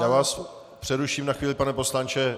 Já vás přeruším na chvíli, pane poslanče.